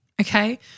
okay